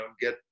get